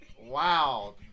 Wow